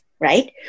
right